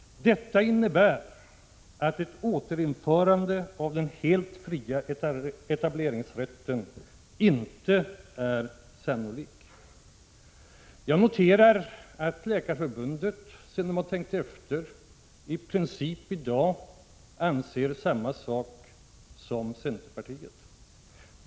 Detta innebär att ett återinförande av den helt fria etableringsrätten inte är sannolikt. Jag noterar att Läkarförbundet, sedan man där tänkt efter, i dag har i princip samma uppfattning som centerpartiet.